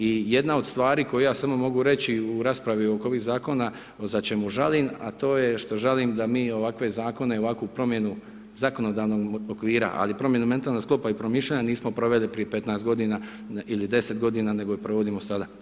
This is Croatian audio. I jedna od stvari koju ja samo mogu reći u raspravi oko ovih zakona za čemu želim, a to je što žalim da mi ovakve zakone i ovakvu promjenu zakonodavnog okvira, ali i promjenu mentalnog sklopa i promišljanja nismo proveli prije 15 godina ili 10 godina nego ju provodimo sada.